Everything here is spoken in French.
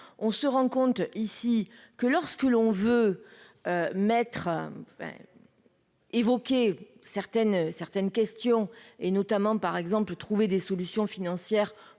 on se rend compte ici que lorsque l'on veut mettre. évoquer certaines, certaines questions et notamment par exemple, trouver des solutions financières